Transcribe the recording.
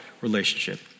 relationship